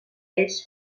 ells